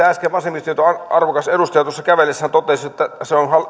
äsken vasemmistoliiton arvokas edustaja tuossa kävellessään totesi se on